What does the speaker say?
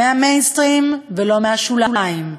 מה"מיינסטרים" ולא מהשוליים,